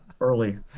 early